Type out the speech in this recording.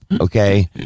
Okay